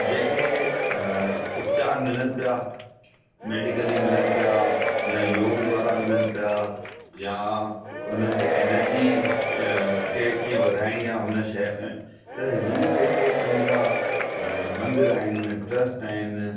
जेके उपचार मिलनि था मैडिकली मिलनि पिया या योग द्वारा मिलनि पिया या उन्हनि खे एनर्जी खे कीअं वधाइणी आहे उन शइ त ही जेके पंहिंजा मंदिर आहिनि ट्र्स्ट आहिनि